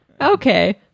Okay